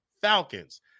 Falcons